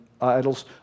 idols